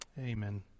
amen